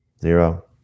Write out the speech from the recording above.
Zero